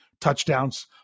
touchdowns